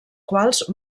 quals